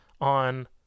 on